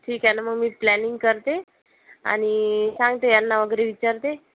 ठीक आहे ना मग मी प्लॅनिंग करते आणि सांगते यांना वगैरे विचारते